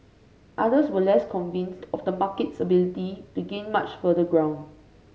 others were less convinced of the market's ability to gain much further ground